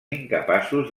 incapaços